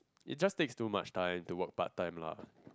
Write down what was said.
it just takes too much time to work part time lah